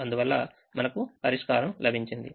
అందువల్లమనకు పరిష్కారం లభించింది